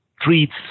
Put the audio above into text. treats